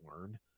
learn